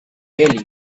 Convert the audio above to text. really